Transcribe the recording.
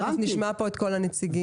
תכף נשמע כאן את כל הנציגים.